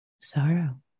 sorrow